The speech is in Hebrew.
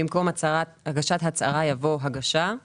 במקום "הגשת הצהרה" יבוא "הגשה";